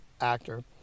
actor